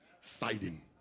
fighting